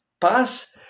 pass